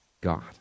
God